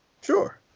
Sure